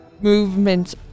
movement